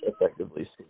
effectively